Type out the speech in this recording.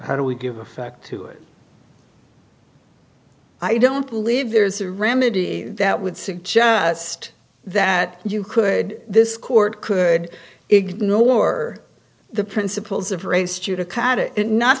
how do we give effect to it i don't believe there's a remedy that would suggest that you could this court could ignore the principles of race judi